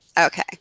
Okay